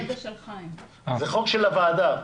זה חוק של הוועדה.